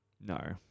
No